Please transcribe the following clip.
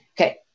Okay